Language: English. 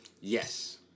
Yes